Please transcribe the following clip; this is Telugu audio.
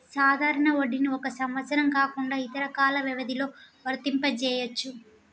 సాధారణ వడ్డీని ఒక సంవత్సరం కాకుండా ఇతర కాల వ్యవధిలో వర్తింపజెయ్యొచ్చు